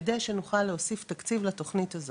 כדי שנוכל להוסיף תקציב לתוכנית הזאת.